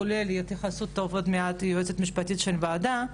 כולל התייחסות של היועצת המשפטית של הוועדה,